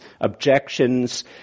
objections